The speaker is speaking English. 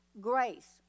grace